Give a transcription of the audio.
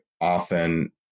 often